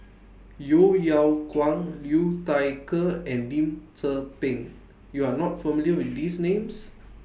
Yeo Yeow Kwang Liu Thai Ker and Lim Tze Peng YOU Are not familiar with These Names